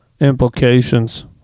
implications